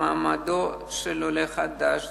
למעמדו של עולה חדש.